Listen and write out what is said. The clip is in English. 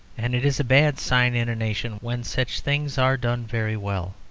and it is a bad sign in a nation when such things are done very well,